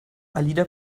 alida